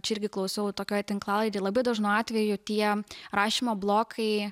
čia irgi klausiau tokioj tinklalaidėj labai dažnu atveju tie rašymo blokai